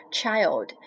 child